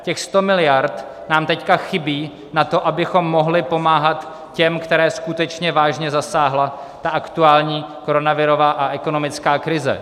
Těch sto miliard nám teď chybí na to, abychom mohli pomáhat těm, které skutečně vážně zasáhla ta aktuální koronavirová a ekonomická krize.